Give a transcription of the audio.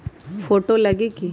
Photo लगी कि?